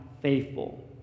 faithful